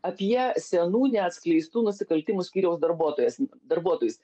apie senų neatskleistų nusikaltimų skyriaus darbuotojas darbuotojus